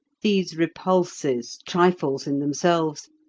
these repulses, trifles in themselves,